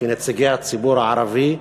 כנציגי הציבור הערבי,